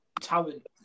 talent